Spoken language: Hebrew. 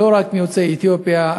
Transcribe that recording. לא רק מיוצאי אתיופיה,